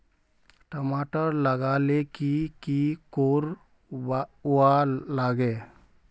टमाटर लगा ले की की कोर वा लागे?